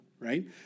right